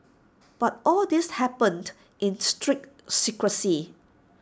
but all this happened in strict secrecy